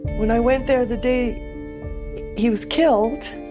when i went there the day he was killed.